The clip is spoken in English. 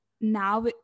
now